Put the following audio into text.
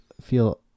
feel